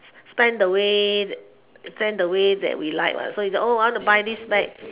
spend the way spend the way that we like what so you oh I want to buy this bag